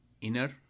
inner